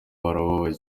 bababaye